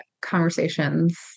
conversations